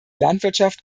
landwirtschaft